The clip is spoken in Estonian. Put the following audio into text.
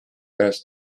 pärast